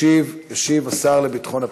ישיב השר לביטחון הפנים.